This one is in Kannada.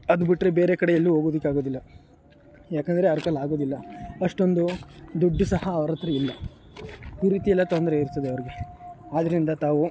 ಅದು ಬಿಟ್ಟರೆ ಬೇರೆ ಕಡೆ ಎಲ್ಲೂ ಹೋಗೋದಕ್ಕಾಗೋದಿಲ್ಲ ಯಾಕೆಂದರೆ ಅವ್ರ ಕೈಯ್ಯಲ್ಲಾಗೋದಿಲ್ಲ ಅಷ್ಟೊಂದು ದುಡ್ಡು ಸಹ ಅವ್ರ ಹತ್ರ ಇಲ್ಲ ಈ ರೀತಿಯೆಲ್ಲ ತೊಂದರೆ ಇರ್ತದೆ ಅವ್ರಿಗೆ ಆದ್ದರಿಂದ ತಾವು